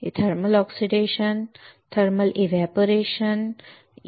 एक thermal oxidation 2 thermal evaporation बरोबर